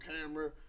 camera